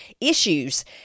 issues